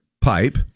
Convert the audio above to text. pipe